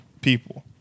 people